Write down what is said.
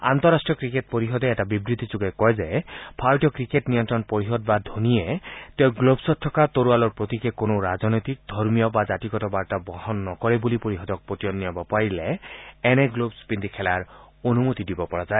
আন্তঃৰাষ্টীয় ক্ৰিকেট পৰিষদে এটা বিবৃতিযোগে কয় যে ভাৰতীয় ক্ৰিকেট নিয়ন্ত্ৰণ পৰিষদ বা ধোনীয়ে তেওঁৰ গ্লভছত থকা তৰোৱালৰ চিহ্নৰ প্ৰতীকে কোনো ৰাজনৈতিক ধৰ্মীয় বা জাতিগত বাৰ্তা বহন নকৰে বুলি পৰিষদক পতিয়ন নিয়াব পাৰিলে এনে গ্লভছ পিন্ধি খেলাৰ অনুমতি দিব পৰা যায়